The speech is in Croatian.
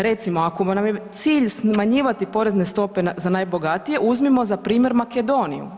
Recimo, ako nam je cilj smanjivati porezne stope za najbogatije, uzmimo za primjer Makedoniju.